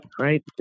right